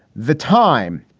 the time,